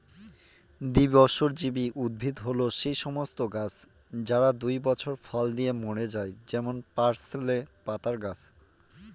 দ্বিবর্ষজীবী উদ্ভিদ হল সেই সমস্ত গাছ যারা দুই বছর ফল দিয়ে মরে যায় যেমন পার্সলে পাতার গাছ